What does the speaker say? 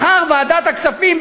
מחר ועדת הכספים,